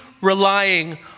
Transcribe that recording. relying